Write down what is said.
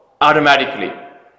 automatically